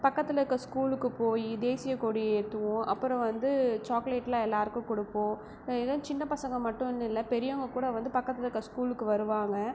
பக்கத்தில் இருக்கிற ஸ்கூலுக்கு போய் தேசிய கொடி ஏற்றுவோம் அப்பறம் வந்து சாக்லேட்லாம் எல்லோருக்கும் கொடுப்போம் சின்ன பசங்க மட்டுன்னு இல்லை பெரியவங்க கூட வந்து பக்கத்தில் இருக்கிற ஸ்கூலுக்கு வருவாங்க